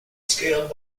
scaled